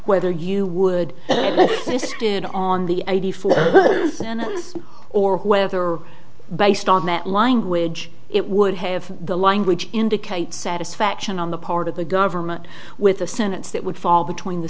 whether you would bid on the eighty four then or whether based on that language it would have the language indicate satisfaction on the part of the government with a sentence that would fall between the